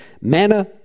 manna